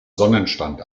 sonnenstand